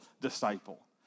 disciple